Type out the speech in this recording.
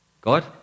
God